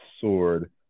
sword